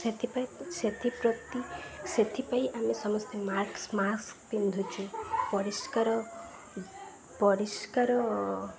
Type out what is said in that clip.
ସେଥିପାଇଁ ସେଥିପ୍ରତି ସେଥିପାଇଁ ଆମେ ସମସ୍ତେ ମାକ୍ସ ମାସ୍କ ପିନ୍ଧୁଛୁ ପରିଷ୍କାର ପରିଷ୍କାର